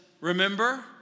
remember